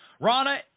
rana